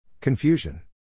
Confusion